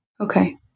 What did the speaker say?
Okay